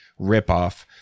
ripoff